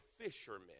fishermen